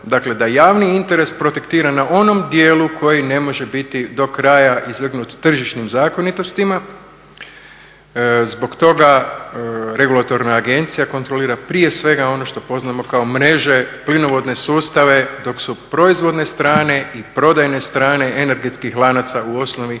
Dakle, da javni interes protektira na onom djelu koji ne može biti do kraja izvrgnut tržišnim zakonitostima. Zbog toga Regulatorna agencija kontrolira prije svega ono što poznamo kao mreže, plinovodne sustave dok su proizvodne strane i prodajne strane energetskih lanaca u osnovi